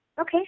Okay